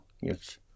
yes